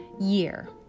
year